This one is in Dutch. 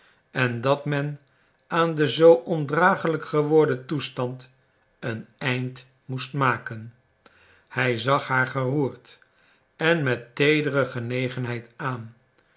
en dat men aan den zoo ondragelijk geworden toestand een eind moest maken hij zag haar geroerd en met teedere genegenheid aan